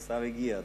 והשר הגיע.